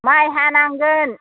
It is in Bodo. माइ हानांगोन